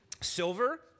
silver